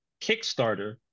Kickstarter